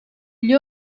gli